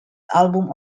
album